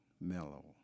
mellow